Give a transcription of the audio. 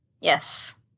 Yes